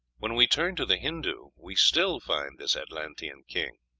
when we turn to the hindoo we still find this atlantean king.